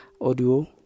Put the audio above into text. audio